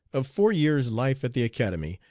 of four years' life at the academy,